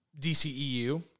DCEU